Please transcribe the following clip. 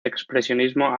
expresionismo